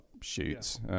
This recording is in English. shoots